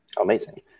Amazing